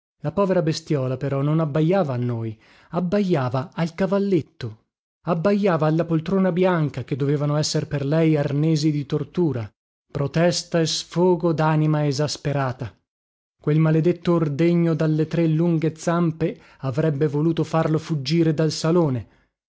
la povera bestiola però non abbajava a noi abbajava al cavalletto abbajava alla poltrona bianca che dovevano esser per lei arnesi di tortura protesta e sfogo danima esasperata quel maledetto ordegno dalle tre lunghe zampe avrebbe voluto farlo fuggire dal salone